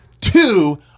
two